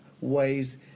ways